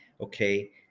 okay